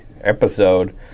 episode